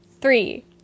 Three